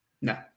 No